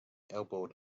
elbowed